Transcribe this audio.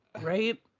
Right